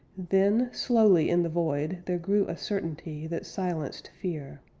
then, slowly in the void, there grew a certainty that silenced fear.